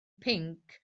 pinc